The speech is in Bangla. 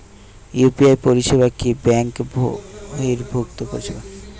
ইউ.পি.আই পরিসেবা কি ব্যাঙ্ক বর্হিভুত পরিসেবা?